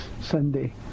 Sunday